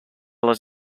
les